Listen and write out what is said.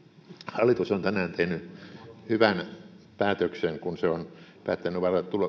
hallitus on tänään tehnyt hyvän päätöksen kun se on päättänyt